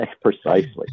Precisely